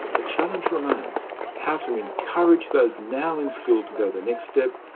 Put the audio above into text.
but a challenge remains how to encourage those now in school to go the next step,